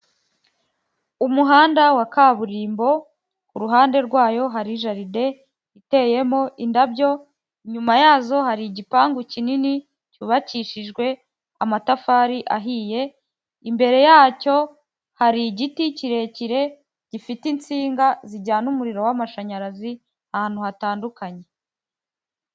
Umuhanda wa kaburimbo, ku ruhande rwayo hari jaride iteyemo indabyo, inyuma yazo hari igipangu kinini cyubakishijwe amatafari ahiye, imbere yacyo hari igiti kirekire gifite insinga zijyana umuriro w'amashanyarazi ahantu hatandukanye.